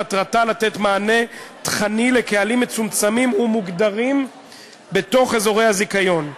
מטרתה לתת מענה תוכני לקהלים מצומצמים ומוגדרים בתוך אזורי הזיכיון.